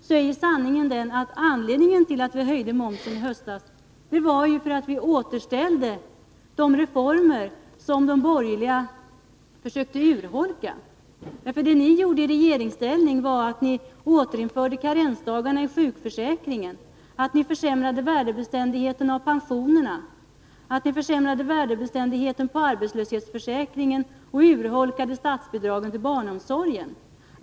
Sanningen är den att anledningen till att vi höjde momsen i höstas var att vi återställde de reformer som de borgerliga försökte urholka. Vad ni gjorde i regeringsställning var att ni återinförde karensdagarna i sjukförsäkringen, försämrade värdebeständigheten i pensionerna, försämrade värdebeständigheten i arbetslöshetsförsäkringen och urholkade statsbidragen till barnomsorgen.